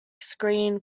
screen